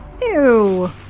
Ew